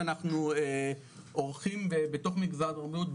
שאנחנו עורכים ובתוך מגזר הבריאות,